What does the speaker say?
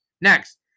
Next